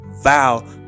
vow